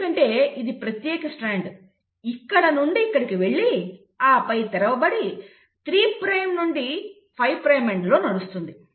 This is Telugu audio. ఎందుకంటే ఈ ప్రత్యేక స్ట్రాండ్ ఇక్కడ నుండి ఇక్కడికి వెళ్లి ఆపై తెరవబడి 3 ప్రైమ్ నుండి 5 ప్రైమ్ ఎండ్లో నడుస్తోంది